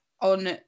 on